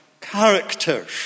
character